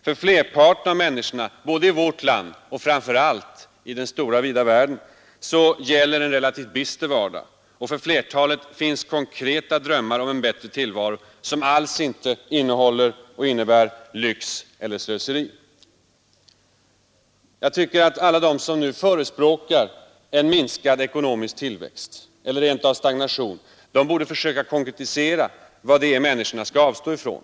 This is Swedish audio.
För flerparten av människorna — både i vårt land och framför allt i den stora vida världen — gäller en relativt bister vardag. Och för flertalet finns konkreta drömmar om en bättre tillvaro — som alls inte innebär lyx eller slöseri. Jag tycker att alla de som förespråkar en minskad tillväxt — eller rent av stagnation — borde försöka konkretisera vad det är människorna skall avstå ifrån.